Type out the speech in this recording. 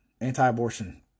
Anti-Abortion